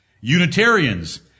Unitarians